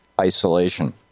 isolation